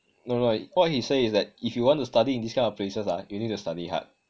no like what he says that if you want to study in these kind of places ah you need to study hard